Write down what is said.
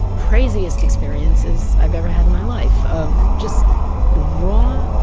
craziest experiences i've ever had in my life of just raw,